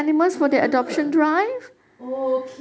ambil gambar apa oh okay